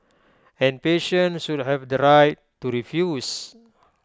and patients should have the right to refuse